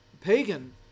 pagan